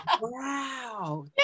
wow